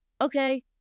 okay